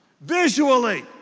Visually